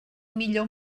millor